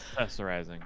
Accessorizing